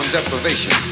deprivation